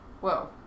Whoa